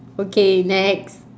okay next